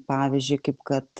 pavyzdžiui kaip kad